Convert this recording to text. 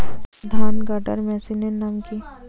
ধান কাটার মেশিনের নাম কি?